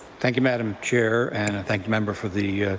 thank you, madam chair and i thank the member for the